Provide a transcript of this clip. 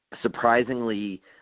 surprisingly